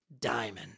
diamond